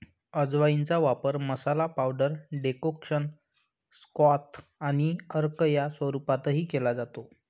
अजवाइनचा वापर masala, powder, decoction, क्वाथ आणि अर्क या स्वरूपातही केला जातो